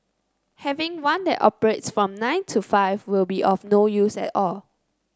having one that operates from nine to five will be of no use at all